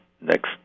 next